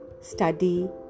study